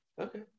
okay